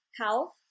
Health